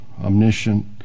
omniscient